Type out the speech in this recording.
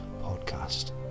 podcast